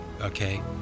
okay